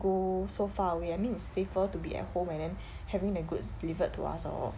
go so far away I mean it's safer to be at home and then having the goods delivered to us lor